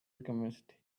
alchemist